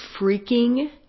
freaking